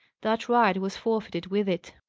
that right was forfeited with it.